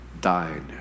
died